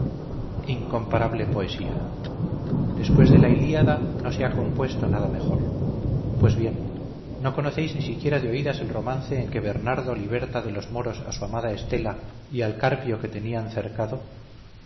incomparable poesía después de la ilíada no se ha compuesto nada mejor pues bien no conocéis ni siquiera de oídas el romance en que bernardo liberta de los moros a su amada estela y al carpio que tenían cercado